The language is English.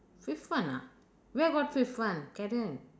fifth one ah where got fifth one Karen